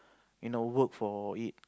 you know work for it